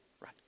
right